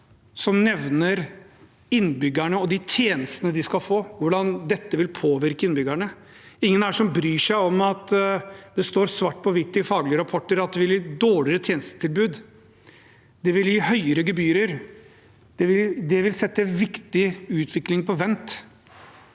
her nevner innbyggerne og de tjenestene de skal få, hvordan dette vil påvirke innbyggerne. Det er ingen her som bryr seg om at det står svart på hvitt i faglige rapporter at det vil gi et dårligere tjenestetilbud, det vil gi høyere gebyrer, det vil sette viktig utvikling på vent.